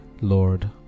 Lord